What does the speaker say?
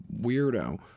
weirdo